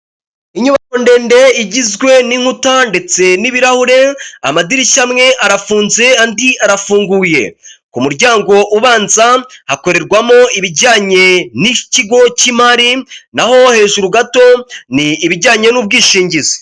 Inyubako ndende igizwe n'inkuta ndetse n'ibirahure, amadirishya amwe arafunze andi arafunguye. Ku muryango ubanza, hakorerwamo ibijyanye nikigo cy'imari naho hejuru gato, ni ibijyanye n'ubwishingizi.